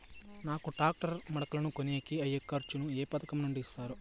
నాకు టాక్టర్ కు మడకలను కొనేకి అయ్యే ఖర్చు ను ఏ పథకం నుండి ఇస్తారు?